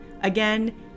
Again